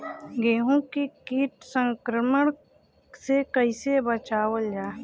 गेहूँ के कीट संक्रमण से कइसे बचावल जा?